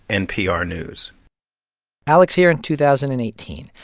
npr news alex here in two thousand and eighteen.